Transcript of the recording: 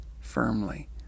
firmly